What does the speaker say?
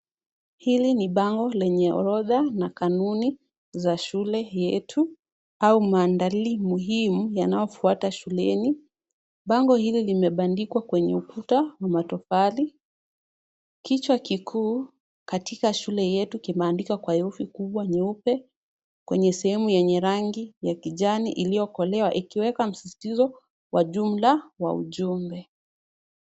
Hili ni bango lenye orodha na kanuni za shule yetu au maandali muhimu yanayofuata shuleni. Bango hili limebandikwa kwenye ukuta wa matofali. Kichwa kikuu katika shule yetu kimeandikwa kwa herufi kubwa nyeupe, kwenye sehemu yenye rangi ya kijani liyokolea ikiweka msisitizo wa jumla wa ujumbe.